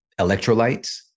electrolytes